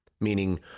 meaning